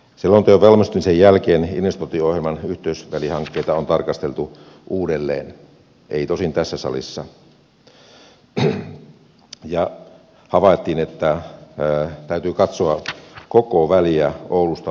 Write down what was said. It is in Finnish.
selonteon valmistumisen jälkeen investointiohjelman yhteysvälihankkeita on tarkasteltu uudelleen ei tosin tässä salissa ja havaittiin että täytyy katsoa koko väliä oulusta vartiukseen saakka